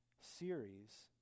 series